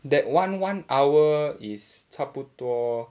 that one one hour is 差不多